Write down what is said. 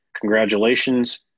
congratulations